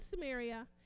Samaria